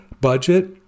budget